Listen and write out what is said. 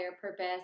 purpose